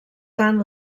tant